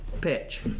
pitch